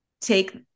take